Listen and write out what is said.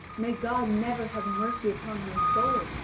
may god never have mercy upon my soul,